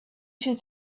should